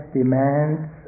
demands